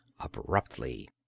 abruptly